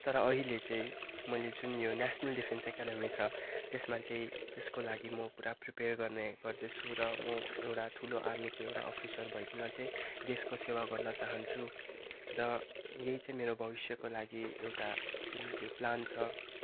तर अहिले चाहिँ मैले जुन यो नेसनल डिफेन्स अकाडेमी छ त्यसमा त्यसको लागि म पुरा प्रिपेर गर्ने गर्दैछु र म एउटा ठुलो आर्मीको एउटा अफिसर भइकन चाहिँ देशको सेवा गर्न चहान्छु र यही चाहिँ मेरो भविष्यको लागि एउटा जुन त्यो प्लान छ